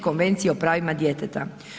Konvencije o pravima djeteta.